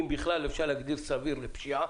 אם בכלל אפשר להגדיר פשיעה כמשהו סביר.